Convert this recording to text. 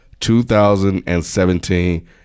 2017